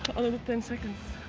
ten seconds.